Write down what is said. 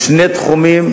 בשני תחומים,